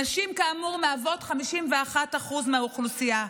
נשים, כאמור, מהוות 51% מהאוכלוסייה.